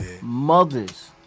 mothers